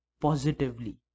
positively